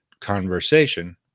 conversation